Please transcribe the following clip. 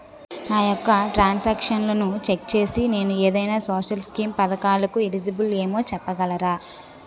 నా యెక్క ట్రాన్స్ ఆక్షన్లను చెక్ చేసి నేను ఏదైనా సోషల్ స్కీం పథకాలు కు ఎలిజిబుల్ ఏమో చెప్పగలరా?